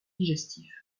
digestif